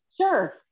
Sure